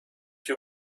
you